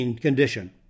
condition